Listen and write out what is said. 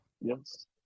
Yes